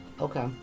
Okay